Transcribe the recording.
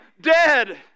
dead